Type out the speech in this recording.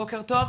בוקר טוב,